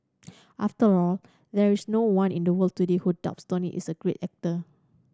after all there is no one in the world today who doubts Tony is a great actor